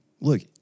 Look